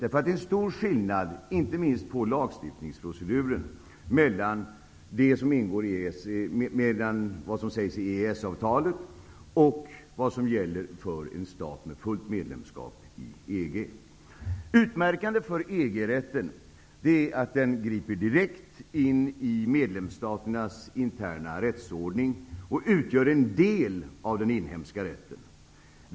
Det är stor skillnad, inte minst på lagstiftningsproceduren, mellan vad som sägs i EES-avtalet och vad som gäller för en stat med fullt medlemskap i EG. Utmärkande för EG-rätten är att den griper direkt in i medlemsstaternas interna rättsordning och utgör en del av den inhemska rätten.